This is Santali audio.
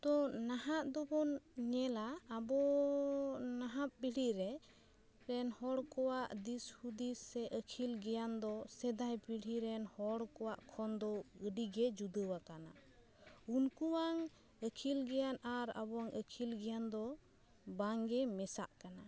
ᱛᱚ ᱱᱟᱦᱟᱸᱜ ᱫᱚᱵᱚᱱ ᱧᱮᱞᱟ ᱟᱵᱚᱻ ᱱᱟᱦᱟᱜ ᱯᱤᱲᱦᱤ ᱨᱮ ᱯᱮᱱ ᱦᱚᱲ ᱠᱚᱣᱟᱜ ᱫᱤᱥ ᱦᱩᱫᱤᱥ ᱥᱮ ᱟᱠᱷᱤᱞ ᱜᱮᱭᱟᱱ ᱫᱚ ᱥᱮᱫᱟᱭ ᱯᱤᱲᱦᱤ ᱨᱮᱱ ᱦᱚᱲ ᱠᱚᱣᱟᱜ ᱠᱷᱚᱱ ᱫᱚ ᱟᱹᱰᱤ ᱜᱮ ᱡᱩᱫᱟᱹᱣ ᱟᱠᱟᱱᱟ ᱩᱱᱠᱩᱣᱟᱝ ᱟᱠᱷᱤᱞ ᱜᱮᱭᱟᱱ ᱟᱨ ᱟᱵᱚᱣᱟᱝ ᱟᱠᱷᱤᱞ ᱜᱮᱭᱟᱱ ᱫᱚ ᱵᱟᱝᱜᱮ ᱢᱮᱥᱟᱜ ᱠᱟᱱᱟ